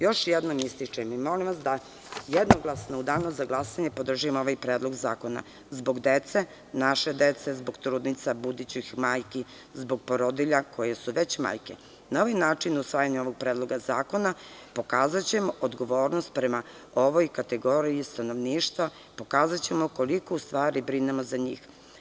Još jednom ističem, molim vas jednoglasno u danu za glasanje podržimo ovaj predlog zakona zbog dece, naše dece, zbog trudnica, budućih majki, zbog porodilja, koje su već majke, novim načinom usvajanja ovog predloga zakona pokazaćemo odgovornost prema ovoj kategoriji stanovništva, pokazaćemo koliko u stvari brinemo za njih.